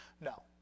No